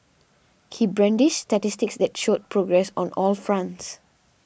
he brandished statistics that showed progress on all fronts